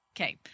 Okay